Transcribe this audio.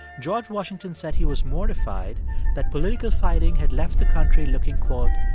george washington said he was mortified that political fighting had left the country looking, quote,